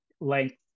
length